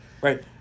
right